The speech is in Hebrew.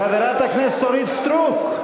חברת הכנסת אורית סטרוק.